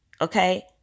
okay